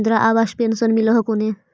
Indira Awas pension मिल हको ने?